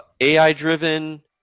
AI-driven